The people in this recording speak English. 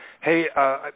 Hey